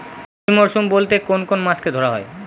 রবি মরশুম বলতে কোন কোন মাসকে ধরা হয়?